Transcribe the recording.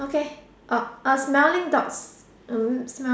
okay a a smelling dogs um